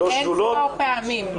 אין-ספור פעמים.